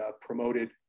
promoted